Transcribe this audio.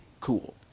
cool